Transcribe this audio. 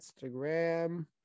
Instagram